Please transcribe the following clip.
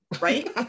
right